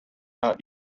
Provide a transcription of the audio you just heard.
are